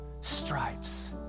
stripes